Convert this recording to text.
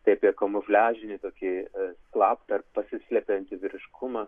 tai apie kamufliažinį tokį slaptą ir pasislepiantį vyriškumą